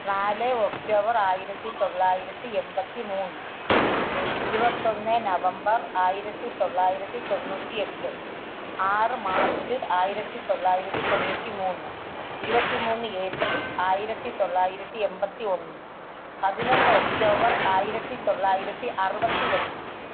നാല് ഒക്ടോബർ ആയിരത്തിത്തൊള്ളായിരത്തി എൺപത്തി മൂന്ന് ഇരുപത്തൊന്ന് നവംബർ ആയിരത്തിത്തൊള്ളായിരത്തി തൊണ്ണൂറ്റി എട്ട് ആറ് മാർച്ച് ആയിരത്തിത്തൊള്ളായിരത്തി തൊണ്ണൂറ്റി മൂന്ന് ഇരുപത്തി മൂന്ന് ഏപ്രിൽ ആയിരത്തിത്തൊള്ളായിരത്തി എൺപത്തി ഒന്ന് പതിനൊന്ന് ഒക്ടോബർ ആയിരത്തിത്തൊള്ളായിരത്തി അറുപത്തി ഒന്ന്